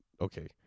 okay